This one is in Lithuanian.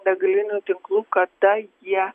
degalinių tinklų kada jie